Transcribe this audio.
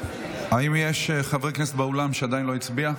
האם יש חבר כנסת באולם שעדיין לא הצביע?